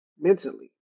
mentally